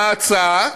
ההצעה,